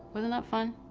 wasn't that fun?